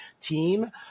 team